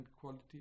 quality